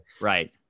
Right